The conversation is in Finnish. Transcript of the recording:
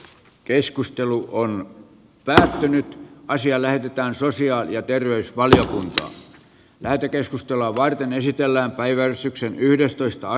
keskustelu on tällä välin asia lähetetään hyvä ja terveysvaliokunta lähetekeskustelua varten esitellään päivän syksyn kannatettava